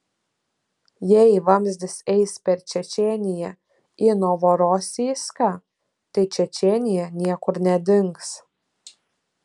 jei vamzdis eis per čečėniją į novorosijską tai čečėnija niekur nedings